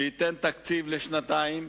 שייתן תקציב לשנתיים,